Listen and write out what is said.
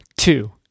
Two